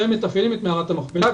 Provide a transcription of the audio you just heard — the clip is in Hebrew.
שהם מתפעלים את מערת המכפלה,